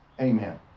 Amen